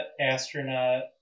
astronaut